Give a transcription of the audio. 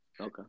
Okay